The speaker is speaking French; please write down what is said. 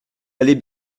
allez